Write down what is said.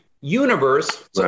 universe